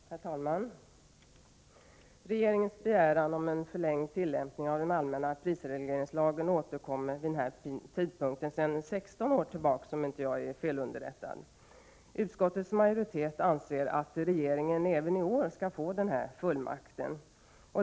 Herr talman! Regeringens begäran om en förlängd tillämpning av den allmänna prisregleringslagen återkommer vid den här tidpunkten sedan 16 år tillbaka, om jag inte är felunderrättad. Utskottets majoritet anser att regeringen även i år skall få den här fullmakten.